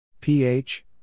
Ph